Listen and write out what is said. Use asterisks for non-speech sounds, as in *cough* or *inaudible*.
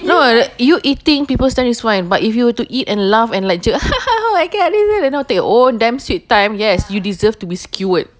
no like you eating people starring is fine but if you were to eat and laugh and like jer *laughs* take your own damn sweet time yes you deserve to be skewered